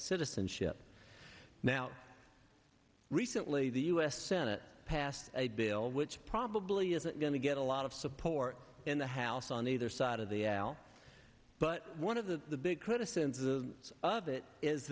citizenship now recently the u s senate passed a bill which probably isn't going to get a lot of support in the house on either side of the al but one of the the big criticisms of